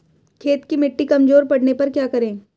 खेत की मिटी कमजोर पड़ने पर क्या करें?